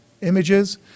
images